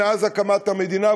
מאז הקמת המדינה,